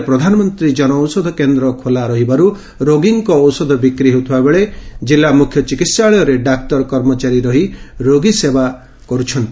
ଜିଲ୍ଲାରେ ପ୍ରଧନାମନ୍ତୀ ଜନଔଷଧକେନ୍ଦ୍ର ଖୋଲା ରହିବାର୍ ରୋଗୀଙ୍କ ଔଷଧ ବିକ୍ ହେଉଥିବାବେଳେ ଜିଲ୍ଲା ମ୍ ଚିକିହାଳୟରେ ଡାକ୍ତର କର୍ମଚାରୀ ରହି ରୋଗୀ ସେବା ଚିକିହା କର୍ୁଛନ୍ତି